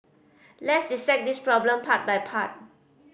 let's dissect this problem part by part